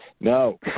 no